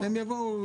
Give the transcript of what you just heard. הם יבואו לדיון הבא,